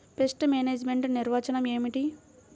Pest management నిర్వచనం ఏమిటి?